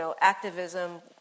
activism